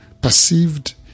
perceived